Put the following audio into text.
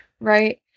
right